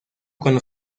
cuando